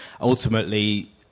ultimately